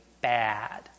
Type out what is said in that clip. bad